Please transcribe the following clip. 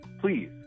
please